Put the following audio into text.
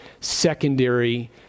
secondary